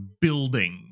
building